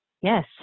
Yes